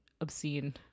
obscene